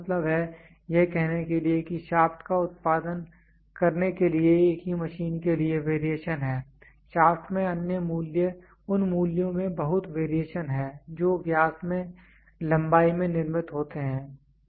तो इसका मतलब है यह कहने के लिए कि शाफ्ट का उत्पादन करने के लिए एक ही मशीन के लिए वेरिएशन है शाफ्ट में उन मूल्यों में बहुत वेरिएशन है जो व्यास में लंबाई में निर्मित होते हैं